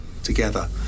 together